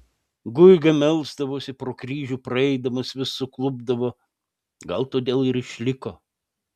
guiga melsdavosi pro kryžių praeidamas vis suklupdavo gal todėl ir išliko